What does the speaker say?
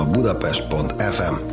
Budapest.fm